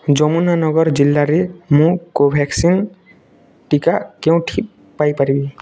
ଯମୁନାନଗର ଜିଲ୍ଲାରେ ମୁଁ କୋଭାକ୍ସିନ୍ ଟିକା କେଉଁଠି ପାଇପାରିବି